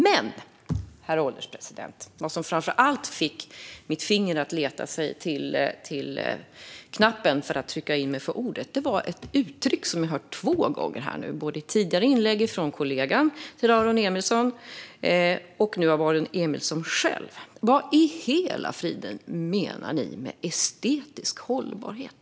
Men, herr ålderspresident, vad som framför allt fick mitt finger att leta sig till knappen för att begära replik var ett uttryck som jag har hört två gånger, både i ett tidigare inlägg från en kollega till Aron Emilsson och nu av Aron Emilsson själv. Vad i hela friden menar ni med "estetisk hållbarhet"?